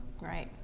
Right